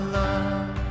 love